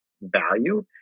value